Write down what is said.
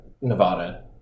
Nevada